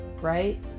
right